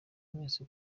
mwese